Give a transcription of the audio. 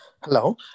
Hello